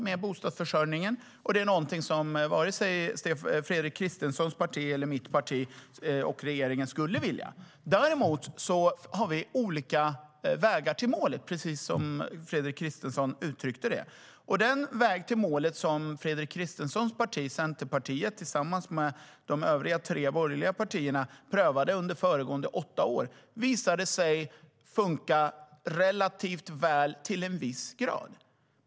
Det är något som varken mitt parti, Fredrik Christenssons parti eller regeringen vill ändra på. Däremot har vi olika vägar till målet. Den väg till målet som Fredrik Christenssons parti, Centerpartiet, tillsammans med de övriga tre borgerliga partierna prövade under föregående åtta år, visade sig funka relativt väl, till en viss grad.